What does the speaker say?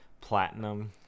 platinum